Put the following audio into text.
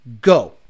Go